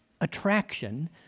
attraction